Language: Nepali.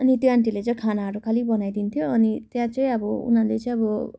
अनि त्यो आन्टीहरूले चाहिँ खानाहरू खालि बनाइ दिन्थ्यो अनि त्यहाँ चाहिँ अब उनीहरूले चाहिँ अब